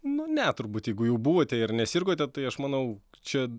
nu ne turbūt jeigu jau buvote ir nesirgote tai aš manau čia